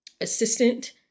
assistant